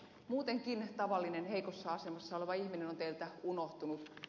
muutenkin tavallinen heikossa asemassa oleva ihminen on teiltä unohtunut